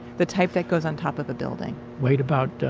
the type that goes on top of the building weighed about,